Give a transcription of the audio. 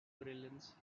brilliance